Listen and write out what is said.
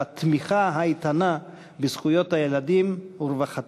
התמיכה האיתנה בזכויות הילדים ורווחתם.